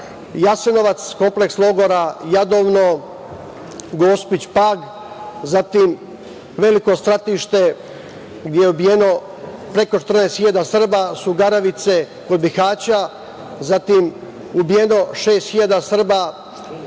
Jasenovac, kompleks logora Jadovno, Gospić, Pag, zatim veliko stratište gde je ubijeno preko 30.000 Srba su Garavice kod Bihaća, zatim ubijeno šest